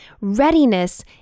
readiness